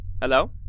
Hello